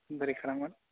बोरै खालामगोन